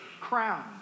crowned